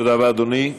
תודה רבה, אדוני.